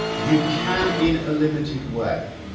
you can in a limited way.